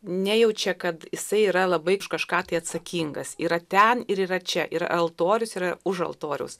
nejaučia kad jisai yra labai už kažką tai atsakingas yra ten ir yra čia yra altorius yra už altoriaus